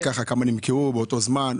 כמה דירות נמכרו באותו הזמן?